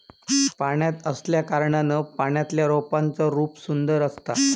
पाण्यात असल्याकारणान पाण्यातल्या रोपांचा रूप सुंदर असता